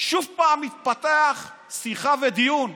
שוב פעם מתפתחים שיחה ודיון,